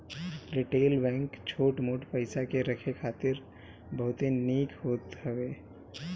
retail bank छोट मोट पईसा के रखे खातिर बहुते निक होत हवे